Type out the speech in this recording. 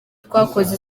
twakoze